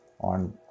on